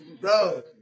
Bro